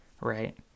right